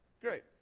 great